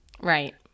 Right